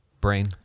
brain